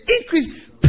increase